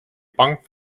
bank